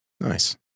nice